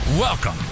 Welcome